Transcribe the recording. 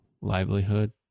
livelihood